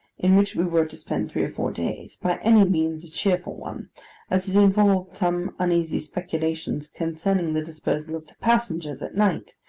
in which we were to spend three or four days, by any means a cheerful one as it involved some uneasy speculations concerning the disposal of the passengers at night,